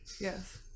Yes